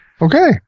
Okay